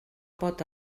pot